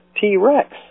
T-Rex